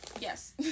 Yes